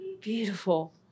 Beautiful